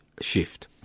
shift